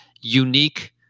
unique